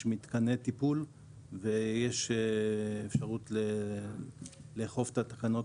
מתקני תיקול ויש אפשרות לאכוף את התקנות